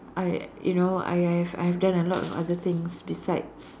I you know I I've I've done a lot of other things besides